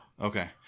Okay